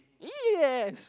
yes